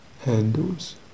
handles